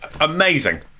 amazing